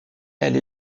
elle